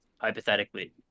hypothetically